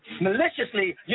Maliciously